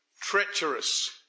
treacherous